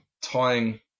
tying